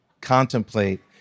contemplate